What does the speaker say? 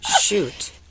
Shoot